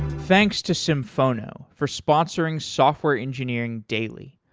thanks to symphono for sponsoring software engineering daily.